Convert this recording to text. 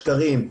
שקרים,